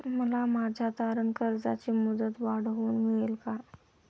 मला माझ्या तारण कर्जाची मुदत वाढवून मिळेल का?